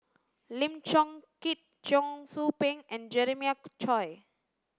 Lim Chong Keat Cheong Soo Pieng and Jeremiah Choy